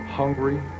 hungry